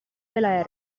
della